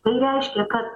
tai reiškia kad